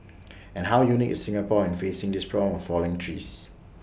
and how unique is Singapore in facing this problem of falling trees